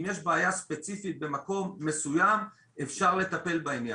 אם יש בעיה ספציפית במקום מסוים אפשר לטפל בעניין.